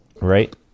Right